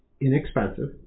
Inexpensive